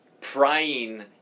prying